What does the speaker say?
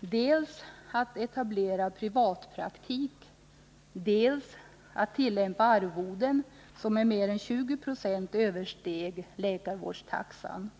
dels att etablera privatpraktik, dels att tillämpa arvoden som med 20 96 översteg läkarvårdstaxan.